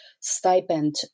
stipend